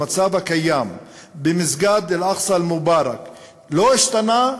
שהמצב הקיים במסגד אל-אקצא אל-מובארק לא השתנה,